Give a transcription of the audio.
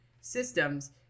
systems